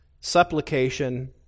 supplication